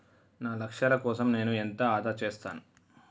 నా లక్ష్యాల కోసం నేను ఎంత ఆదా చేస్తాను?